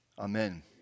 Amen